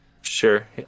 Sure